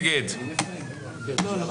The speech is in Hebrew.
הנכון כי אני רוצה לדעת על מה אנחנו מצביעים.